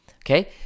okay